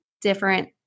different